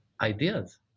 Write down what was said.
ideas